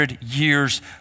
years